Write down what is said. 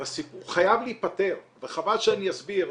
--- הוא חייב להיפתר וחבל שאני אסביר,